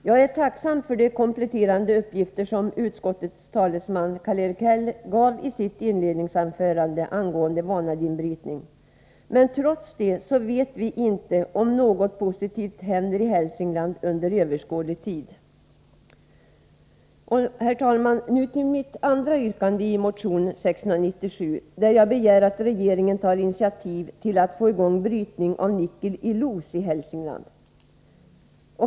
Jag är tacksam för de kompletterande uppgifter som utskottets talesman Karl-Erik Häll gav i sitt inledningsanförande angående vanadinbrytning. Men trots det vet vi inte om något positivt kommer att hända i Hälsingland under överskådlig tid. Herr talman! Nu till den andra delen av mitt yrkande i motion 697, en begäran att regeringen tar initiativ för att få i gång en brytning av nickeli Los i Hälsingland.